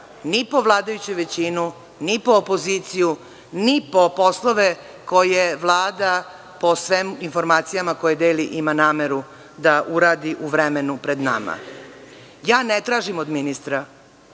ni po vladajuću većinu, ni po opoziciju, ni po poslove koje Vlada, po informacijama koje deli, ima nameru da uradi u vremenu pred nama. Ne tražim od ministra